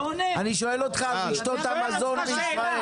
אבל אני שאלתי אותך על רשתות המזון בישראל.